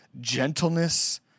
gentleness